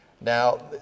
Now